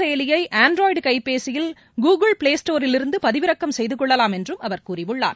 செயலியைஆன்ராய்டுகைபேசியில் Google ப்ளேஸ்டோரிலிருந்தபதிவிறக்கம் வமவன் செய்துகொள்ளலாம் என்றும் அவர் கூறியுள்ளார்